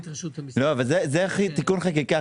לא, אבל זה תיקון חקיקה.